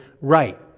right